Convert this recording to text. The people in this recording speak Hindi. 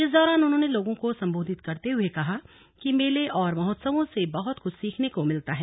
इस दौरान उन्होंने लोगों को सम्बोधित करते हुए कहा कि मेले और महोत्सवों से बहुत कुछ सीखने को मिलता है